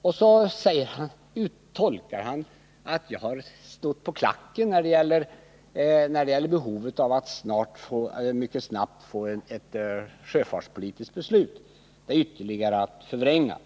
Kurt Hugosson tycker att jag har vänt på klacken när det gäller behovet av att mycket snabbt få till stånd ett sjöfartspolitiskt beslut. Det är att ytterligare förvränga.